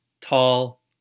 tall